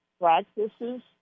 practices